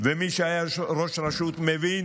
ומי שהיה ראש רשות מבין